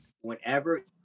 whenever